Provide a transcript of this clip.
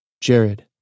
Jared